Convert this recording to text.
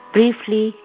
Briefly